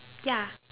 ya